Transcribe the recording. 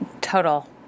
Total